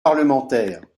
parlementaires